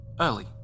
Early